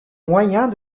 moyens